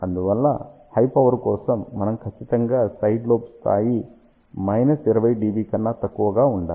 అందువల్ల high power కోసం మనము ఖచ్చితంగా సైడ్ లోబ్ స్థాయి 20 dB కన్నా తక్కువగా ఉండాలి